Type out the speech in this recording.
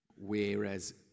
whereas